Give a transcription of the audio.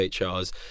HR's